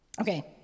Okay